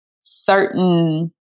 certain